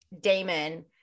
damon